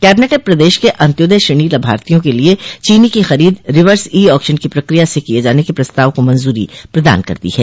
cabinet ने प्रदेश के अन्त्योदय श्रेणी लाभार्थियों के लिय चीनी की खरीद रिवर्स ई आक्शन की प्रक्रिया से किये जाने के प्रस्ताव को मंजूरी प्रदान कर दी है